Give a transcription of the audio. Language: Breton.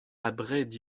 abred